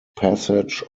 passage